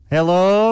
Hello